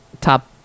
top